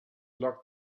locked